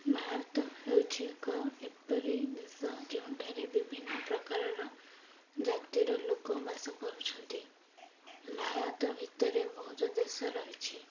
ଭାରତ ହେଉଛି ଏକ ଏପରି ଦେଶ ଯେଉଁଠାରେ ବିଭିନ୍ନ ପ୍ରକାରର ଜାତିର ଲୋକ ବାସ କରୁଛନ୍ତି ଭାରତ ଭିତରେ ବହୁତ ଦେଶ ରହିଛି